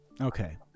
okay